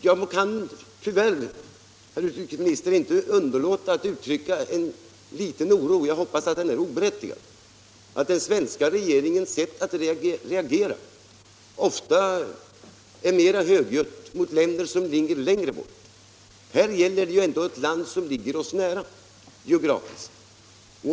Jag kan, herr utrikesminister, tyvärr inte underlåta att uttrycka min oro — ehuru jag hoppas att den är oberättigad — över att den svenska regeringens sätt att reagera ofta är mera högljutt mot länder som ligger längre bort. Här gäller det ju ändå ett land som ligger nära geografiskt sett.